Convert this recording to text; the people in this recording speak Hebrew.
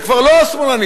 זה כבר לא השמאלנים,